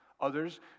Others